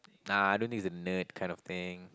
nah I don't think it's a nerd kind of thing